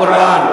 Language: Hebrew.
לקוראן,